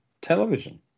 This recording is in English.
television